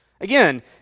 Again